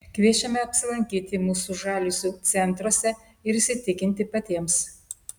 kviečiame apsilankyti mūsų žaliuzių centruose ir įsitikinti patiems